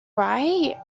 right